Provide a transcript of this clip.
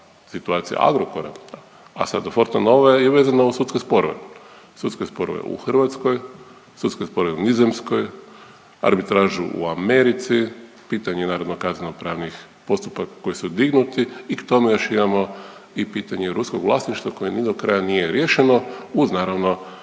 situacija Agrokora, a sada Fortenove je vezana uz sudske sporove. Sudske sporove u Hrvatskoj, sudske sporove u Nizozemskoj, arbitražu u Americi, pitanje naravno kazneno-pravnih postupaka koji su dignuti i k tome još imamo i pitanje ruskog vlasništva koje ni do kraja nije riješeno uz naravno